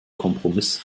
kompromiss